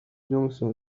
johnson